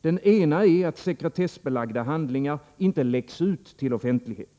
Den ena är att sekretessbelagda handlingar inte läcks ut till offentligheten.